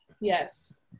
yes